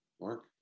Mark